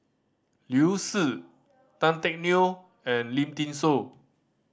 Liu Si Tan Teck Neo and Lim Thean Soo